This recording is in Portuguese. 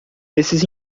esses